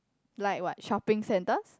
like what shopping centres